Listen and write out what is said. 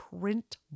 Print